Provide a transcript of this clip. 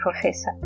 professor